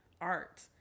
art